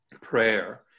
prayer